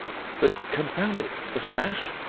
but, confound it! the smash?